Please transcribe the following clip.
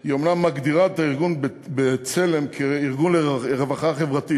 היא אומנם מגדירה את הארגון "בצלם" כארגון לרווחה חברתית,